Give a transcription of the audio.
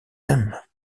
aime